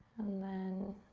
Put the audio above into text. then